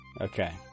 Okay